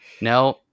no